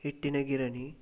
ಹಿಟ್ಟಿನ ಗಿರಣಿ